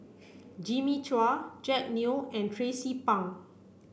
Jimmy Chua Jack Neo and Tracie Pang